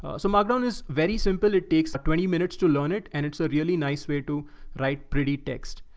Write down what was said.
ah so markdown is very simple. it takes twenty minutes to learn it. and it's a really nice way to write pretty text.